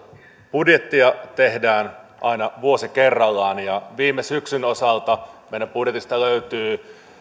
budjettia tehdään aina vuosi kerrallaan ja viime syksyn osalta meidän budjetistamme löytyy